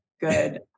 good